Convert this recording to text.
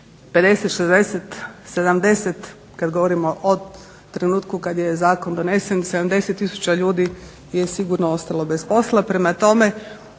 50, 60, 70, kada govorimo od, trenutku kada je zakon donesen 70 tisuća ljudi je sigurno ostalo bez posla.